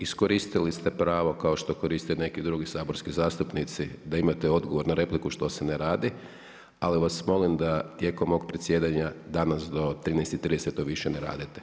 Iskoristili ste pravo kao što koriste neki drugi saborski zastupnici da imate odgovor na repliku što se ne radi, ali vas molim da tijekom mog predsjedanja danas do 13,30 to više ne radite.